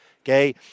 Okay